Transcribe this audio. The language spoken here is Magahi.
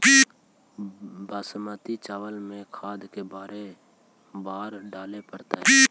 बासमती चावल में खाद के बार डाले पड़तै?